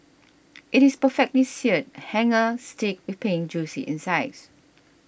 it is perfectly Seared Hanger Steak with Pink Juicy insides